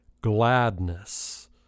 gladness